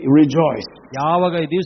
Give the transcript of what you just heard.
rejoice